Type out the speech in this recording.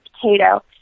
potato